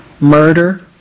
murder